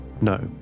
No